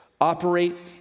operate